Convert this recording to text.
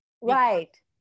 Right